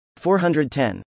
410